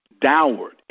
downward